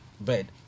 bed